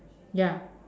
ya